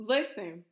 Listen